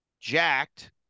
Jacked